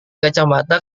kacamata